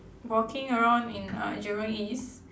walking around in uh jurong east